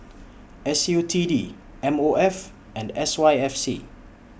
S U T D M O F and S Y F C